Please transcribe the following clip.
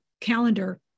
calendar